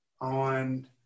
On